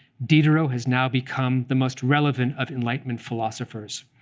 diderot has now become the most relevant of enlightenment philosophers.